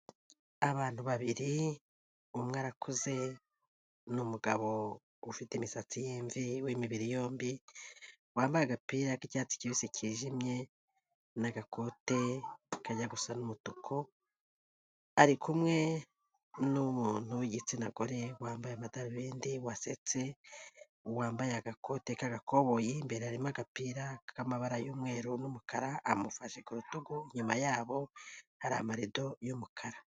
Abantu babiri, umwe arakuze, ni umugabo ufite imisatsi y'imvi w'imibiri yombi, wambaye agapira k'icyatsi kibisi cyijimye n'agakote kajya gusa n'umutuku, ari kumwe n'umuntu w'igitsina gore wambaye amadarubindi wasetse, wambaye agakote k'agakoboyi, imbere harimo agapira k'amabara y'umweru n'umukara, amufashe ku rutugu, inyuma yabo hari amarido y'umukara.